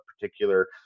particular